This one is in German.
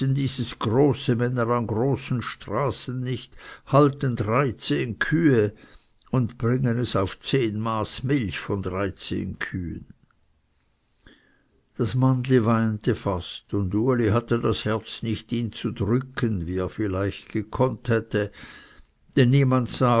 dieses doch große männer an großen straßen nicht halten dreizehn kühe und bringen es auf zehn maß milch von dreizehn kühen das mannli weinte fast und uli hatte das herz nicht ihn zu drücken wie er vielleicht gekonnt hätte denn niemand